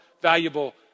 valuable